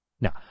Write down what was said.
Now